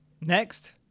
Next